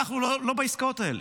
אנחנו לא בעסקאות האלה.